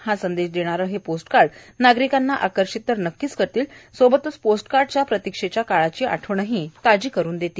हा संदेश देणारे पोस्टकार्ड नागरिकांना आकर्षित तर नक्कीच करतील सोबतच पोस्टकार्डच्या प्रतिक्षेच्या काळाची आठवण ताजी करुन देतील